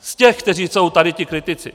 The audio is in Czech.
Z těch, kteří jsou tady, ti kritici.